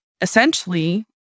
essentially